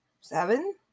seven